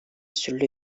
sürü